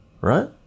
right